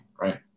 right